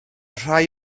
rhai